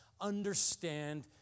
understand